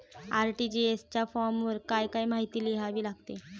RTGS च्या फॉर्मवर काय काय माहिती लिहावी लागते?